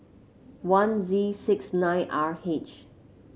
one Z six nine R H